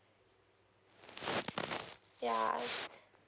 ya